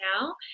now